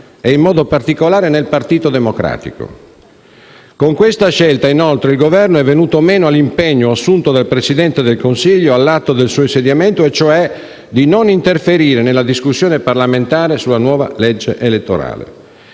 e, in modo particolare, nel Partito Democratico. Con questa scelta, inoltre, il Governo è venuto meno all'impegno assunto dal Presidente del Consiglio all'atto del suo insediamento e cioè di non interferire nella discussione parlamentare sulla nuova legge elettorale.